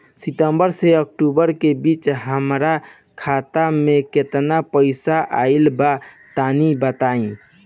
सितंबर से अक्टूबर के बीच हमार खाता मे केतना पईसा आइल बा तनि बताईं?